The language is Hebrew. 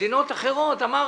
במדינות אחרות, אמרתי,